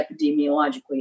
epidemiologically